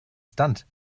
stunt